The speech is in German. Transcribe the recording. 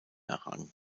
errang